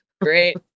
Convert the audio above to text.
Great